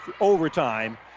overtime